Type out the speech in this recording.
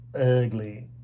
ugly